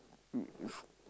it is